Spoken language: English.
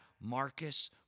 Marcus